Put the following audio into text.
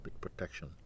protection